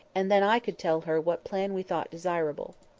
and then i could tell her what plan we thought desirable.